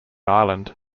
ireland